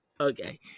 Okay